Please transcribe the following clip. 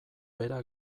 bera